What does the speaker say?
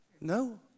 No